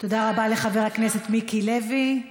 תודה רבה לחבר הכנסת מיקי לוי.